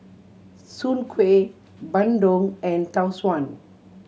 Soon Kuih bandung and Tau Suan